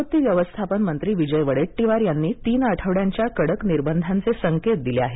आपत्ती व्यवस्थापन मंत्री विजय वडेट्टीवार यांनी तीन आठवड्यांच्या कडक निर्बंधांचे संकेत दिले आहेत